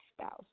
spouse